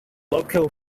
local